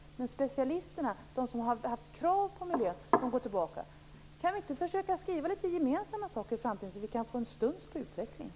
Men specialisterna, de som vi haft krav på, går tillbaka. Kan vi inte försöka skriva gemensamma saker i framtiden så att vi får en studs på utvecklingen?